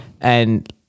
And-